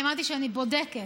אני אמרתי שאני בודקת.